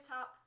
up